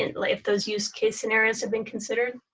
and like those use case scenarios have been considered.